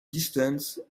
distance